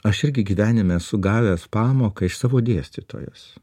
aš irgi gyvenime esu gavęs pamoką iš savo dėstytojos